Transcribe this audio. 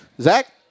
Zach